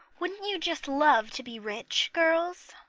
wouldn't you just love to be rich, girls?